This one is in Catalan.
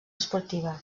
esportiva